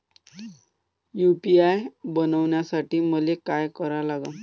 UPI बनवासाठी मले काय करा लागन?